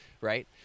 right